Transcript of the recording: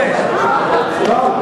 ועדה,